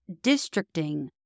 districting